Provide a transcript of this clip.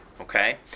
Okay